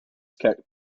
kept